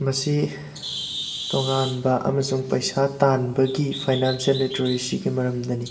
ꯃꯁꯤ ꯇꯣꯉꯥꯟꯕ ꯑꯃꯁꯨꯡ ꯄꯩꯁꯥ ꯇꯥꯟꯕꯒꯤ ꯐꯤꯅꯥꯟꯁꯤꯌꯦꯜ ꯂꯤꯇꯔꯦꯁꯤꯒꯤ ꯃꯔꯝꯗꯅꯤ